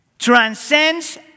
transcends